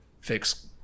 fix